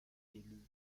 élu